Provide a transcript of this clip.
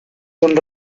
son